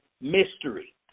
mystery